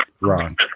Ron